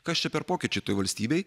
kas čia per pokyčiai toj valstybėj